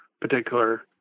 particular